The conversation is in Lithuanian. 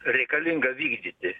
reikalinga vykdyti